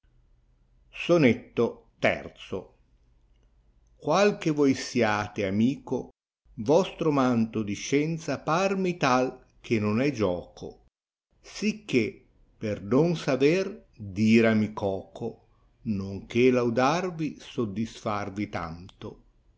sonetto i qual che voi siate amico vostro manto di scienza parmi tal che non é gioco sicché per non saver d ira mi coco non che laudarvi soddisfarvi tanto